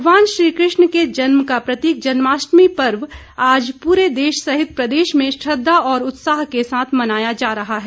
भगवान श्री कृष्ण के जन्म का प्रतीक जन्माष्टमी पर्व आज पूरे देश सहित प्रदेश में श्रद्धा और उत्साह के साथ मनाया जा रहा है